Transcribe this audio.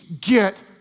get